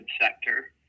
sector